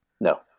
No